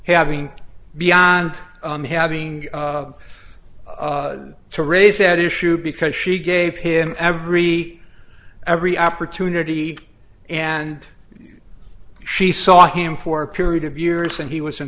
having beyond having to raise that issue because she gave him every every opportunity and she saw him for a period of years and he was in